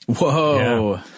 Whoa